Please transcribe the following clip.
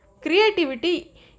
creativity